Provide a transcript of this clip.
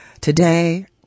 Today